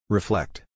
Reflect